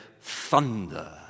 thunder